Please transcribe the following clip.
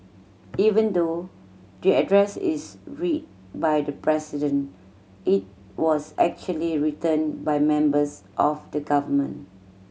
even though the address is read by the President it was actually written by members of the government